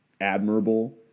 admirable